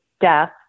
death